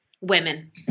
women